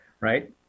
right